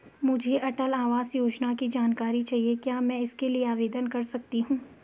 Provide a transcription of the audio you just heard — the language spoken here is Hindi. मुझे अटल आवास योजना की जानकारी चाहिए क्या मैं इसके लिए आवेदन कर सकती हूँ?